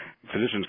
physicians